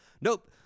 nope